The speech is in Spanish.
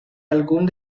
algún